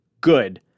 good